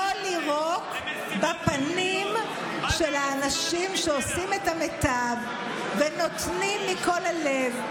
לא לירוק בפנים של האנשים שעושים את המיטב ונותנים מכל הלב,